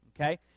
okay